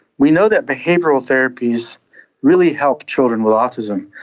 we know that behavioural therapies really help children with autism,